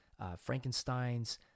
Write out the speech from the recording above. Frankensteins